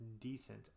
decent